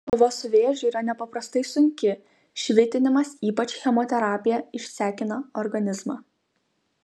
kova su vėžiu yra nepaprastai sunki švitinimas ypač chemoterapija išsekina organizmą